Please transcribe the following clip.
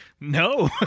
no